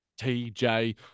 TJ